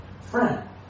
friend